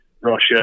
Russia